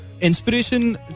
Inspiration